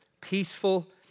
peaceful